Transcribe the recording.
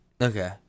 Okay